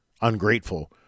ungrateful